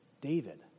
David